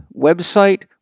website